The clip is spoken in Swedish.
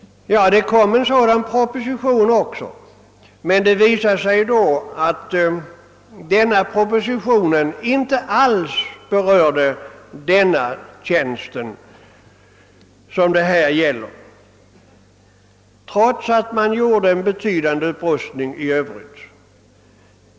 Det kom en sådan proposition men det visade sig att den inte alls berörde den tjänst det här är fråga om, trots att det föreslogs en betydande upprustning i övrigt.